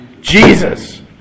Jesus